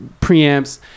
preamps